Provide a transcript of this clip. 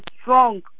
strong